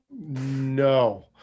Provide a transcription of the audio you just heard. No